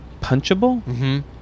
Punchable